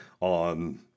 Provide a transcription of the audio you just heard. on